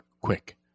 quick